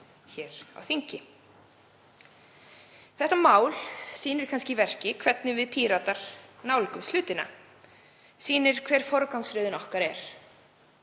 hér á þingi. Málið sýnir kannski í verki hvernig við Píratar nálgumst hlutina, sýnir hver forgangsröðun okkar er;